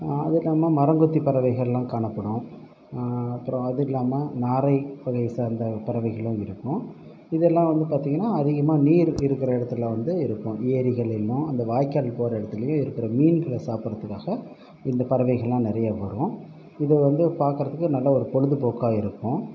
அதுக்கு என்ன மரங்கொத்தி பறவைகளெலாம் காணப்படும் அப்புறம் அதுவும் இல்லாமல் நாரை வகையை சார்ந்த பறவைகளும் இருக்கும் இதெல்லாம் வந்து பார்த்திங்கன்னா அதிகமாக நீர் இருக்கிற இடத்துல வந்து இருக்கும் ஏரிகள்லேயும் அந்த வாய்க்கால் போகிற இடத்துலயும் இருக்கிற மீன்களை சாப்பிடுறத்துக்காக இந்த பறவைகளெலாம் நிறையா வரும் இதை வந்து பார்க்கறத்துக்கு நல்ல ஒரு பொழுதுப்போக்காக இருக்கும்